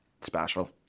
special